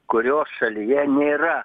kurio šalyje nėra